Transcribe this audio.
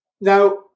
Now